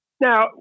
Now